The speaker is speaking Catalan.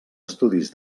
estudis